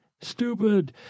stupid